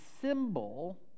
symbol